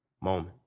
moment